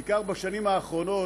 בעיקר ב-20 השנים האחרונות,